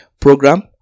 program